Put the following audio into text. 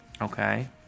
Okay